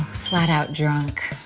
flat-out drunk.